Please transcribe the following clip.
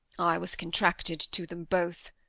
i was contracted to them both.